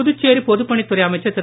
புதுச்சேரி பொதுப்பணித்துறை அமைச்சர் திரு